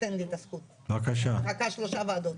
תן לי את הזכות, אני מחכה שלוש ועדות.